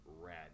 red